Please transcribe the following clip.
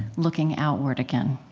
looking outward again.